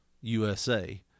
USA